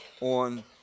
on